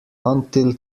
until